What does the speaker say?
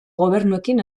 gobernuekin